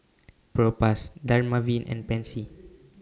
Propass Dermaveen and Pansy